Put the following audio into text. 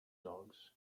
dogs